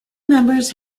members